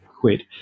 quid